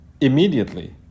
immediately